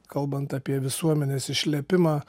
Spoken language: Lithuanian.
kalbant apie visuomenės išlepimą